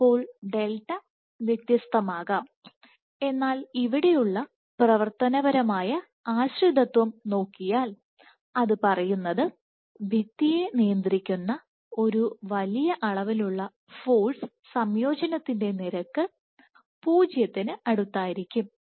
അപ്പോൾ ഡെൽറ്റ വ്യത്യസ്തമാകാം എന്നാൽ ഇവിടെയുള്ള പ്രവർത്തനപരമായ ആശ്രിതത്വം നോക്കിയാൽ അത് പറയുന്നത് ഭിത്തിയെ നിയന്ത്രിക്കുന്ന ഒരു വലിയ അളവിലുള്ള ഫോഴ്സ് സംയോജനത്തിൻറെ നിരക്ക് പൂജ്യത്തിന് അടുത്തായിരിക്കും